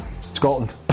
Scotland